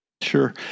Sure